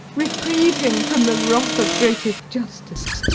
reprieve him from the wrath of greatest justice.